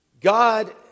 God